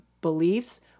beliefs